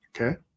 Okay